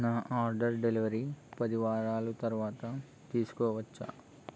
నా order delivery పది వారాలు తరువాత తీసుకోవచ్చా